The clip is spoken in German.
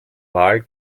wahl